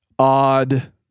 Odd